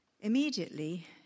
Immediately